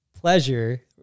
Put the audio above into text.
pleasure